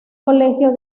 colegio